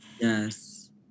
Yes